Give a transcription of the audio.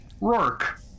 Rourke